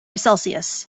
celsius